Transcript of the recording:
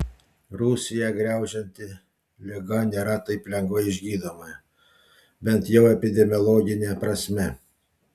rusiją graužianti liga nėra taip lengvai išgydoma bent jau epidemiologine prasme